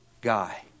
guy